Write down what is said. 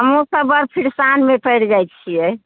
अहुँ सभ बड़ फिर सानमे पड़ि जाइ छियै